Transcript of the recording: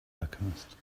alchemist